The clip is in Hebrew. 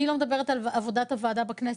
אני לא מדברת על עבודת הוועדה בכנסת.